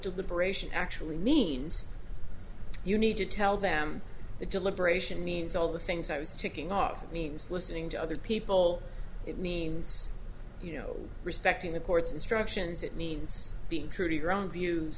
deliberation actually means you need to tell them that deliberation means all the things i was ticking off means listening to other people it means you know respecting the court's instructions it means being true to your own view